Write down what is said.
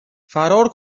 فرار